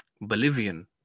Bolivian